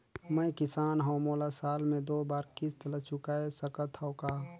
मैं किसान हव मोला साल मे दो बार किस्त ल चुकाय सकत हव का?